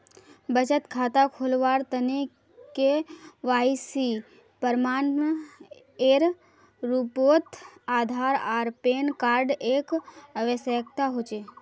बचत खता खोलावार तने के.वाइ.सी प्रमाण एर रूपोत आधार आर पैन कार्ड एर आवश्यकता होचे